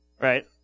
Right